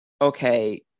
okay